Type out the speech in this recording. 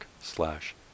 slash